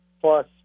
plus